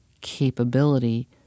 capability